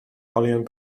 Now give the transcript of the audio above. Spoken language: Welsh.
olion